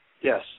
Yes